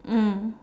mm